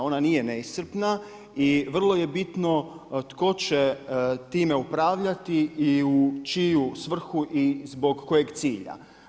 Ona nije neiscrpna i vrlo je bitno tko će time upravljati i u čiju svrhu i zbog kojeg cilja.